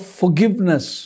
forgiveness